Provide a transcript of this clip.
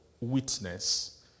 witness